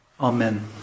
Amen